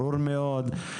ברור מאוד.